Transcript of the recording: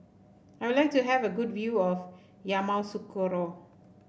I would like to have a good view of Yamoussoukro